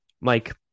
Mike